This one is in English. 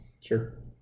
sure